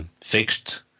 fixed